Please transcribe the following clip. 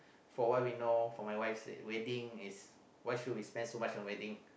for a while we know for my wife said wedding is why should we spend so much on wedding